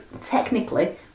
technically